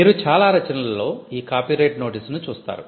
మీరు చాలా రచనలలో ఈ కాపీరైట్ నోటీసును చూస్తారు